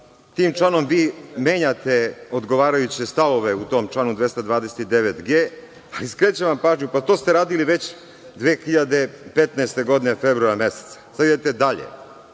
Tim članom vi menjate odgovarajuće stavove u tom članu 229g, ali skrećem vam pažnju, to ste radili već 2015. godine februara meseca. Sada idete dalje.